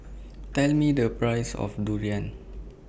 Tell Me The Price of Durian